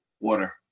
Water